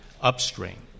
upstream